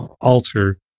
alter